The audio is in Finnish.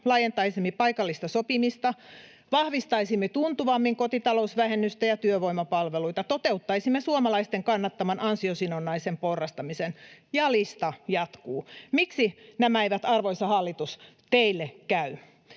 laajentaisimme paikallista sopimista, vahvistaisimme tuntuvammin kotitalousvähennystä ja työvoimapalveluja, toteuttaisimme suomalaisten kannattaman ansiosidonnaisen porrastamisen — ja lista jatkuu. Miksi nämä eivät, arvoisa hallitus, teille käy?